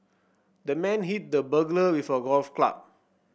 the man hit the burglar with a golf club